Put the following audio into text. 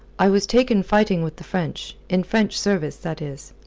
i was taken fighting with the french in french service, that is.